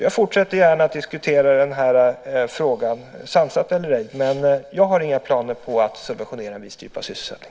Jag fortsätter gärna att diskutera den här frågan, sansat eller ej. Men jag har inga planer på att subventionera en viss typ av sysselsättning.